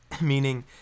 meaning